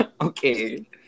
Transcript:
Okay